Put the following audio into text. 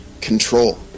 control